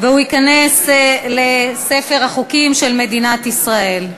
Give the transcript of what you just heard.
והוא ייכנס לספר החוקים של מדינת ישראל.